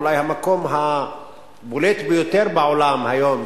אולי המקום הבולט ביותר בעולם היום,